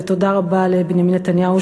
ותודה רבה לבנימין נתניהו,